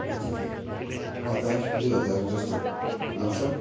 मान्छेले हजार दुई हजार जस्तो लगाउँछ